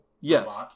Yes